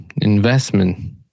investment